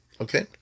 Okay